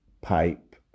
pipe